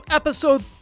episode